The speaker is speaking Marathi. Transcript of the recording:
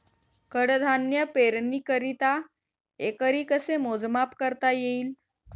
कडधान्य पेरणीकरिता एकरी कसे मोजमाप करता येईल?